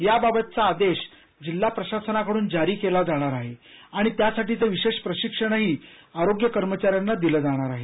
याबाबतचा आदेश जिल्हा प्रशासनाकडून जारी केला जाणार आहे आणि यासाठीचं विशेष प्रशिक्षणही आरोग्य कर्मचाऱ्यांना दिलं जाणार आहे